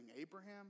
Abraham